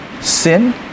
Sin